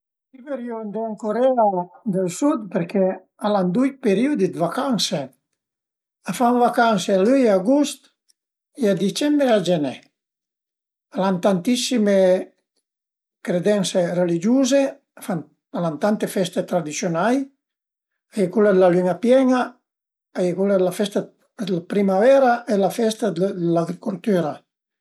I compleanni a sun gia tropi, l'avrìu gnanca vöia dë festegelu, però venta felu e alura lu festegiuma ën famìa cun le mie fie e i nëvud e pöi a volte a i ariva anche d'auti amis për cui ël grup a s'alarga davanti a 'na turta e a ün bun café